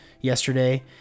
yesterday